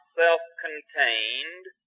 self-contained